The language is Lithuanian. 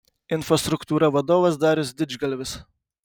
infostruktūra vadovas darius didžgalvis